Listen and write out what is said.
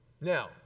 Now